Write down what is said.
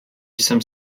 jsem